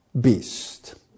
beast